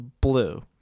Blue